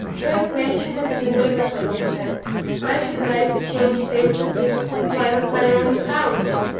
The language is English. don't mention it in the neighborhood, he said i should like to change places with one of my own cows.